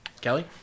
Kelly